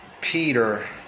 Peter